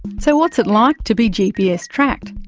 so what's it like to be gps tracked?